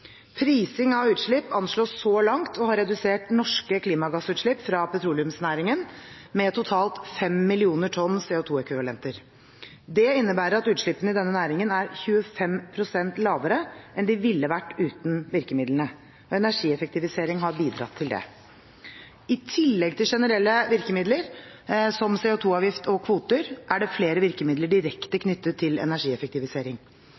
Prising av utslipp anslås så langt å ha redusert norske klimagassutslipp fra petroleumsnæringen med totalt 5 millioner tonn CO2-ekvivalenter. Det innebærer at utslippene i denne næringen er 25 pst. lavere enn de ville vært uten virkemidlene, og energieffektivisering har bidratt til det. I tillegg til generelle virkemidler som CO2-avgift og -kvoter er det flere virkemidler direkte